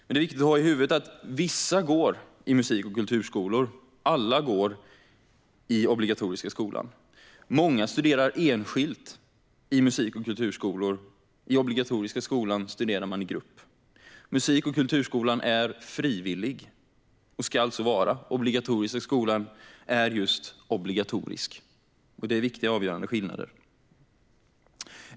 Det är viktigt att ha i huvudet att vissa går i musik och kulturskolor och att alla går i den obligatoriska skolan. Många studerar enskilt i musik och kulturskolor. I den obligatoriska skolan studerar man i grupp. Musik och kulturskolan är frivillig och ska så vara. Den obligatoriska skolan är just obligatorisk. Det är viktiga och avgörande skillnader.